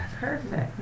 Perfect